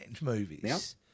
movies